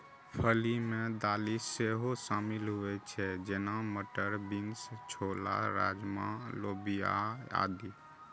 फली मे दालि सेहो शामिल होइ छै, जेना, मटर, बीन्स, छोला, राजमा, लोबिया आदि